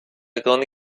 grande